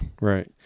right